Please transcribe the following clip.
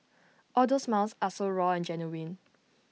all those smiles are so raw and genuine